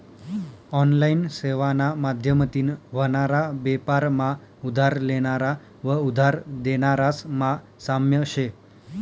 online सेवाना माध्यमतीन व्हनारा बेपार मा उधार लेनारा व उधार देनारास मा साम्य शे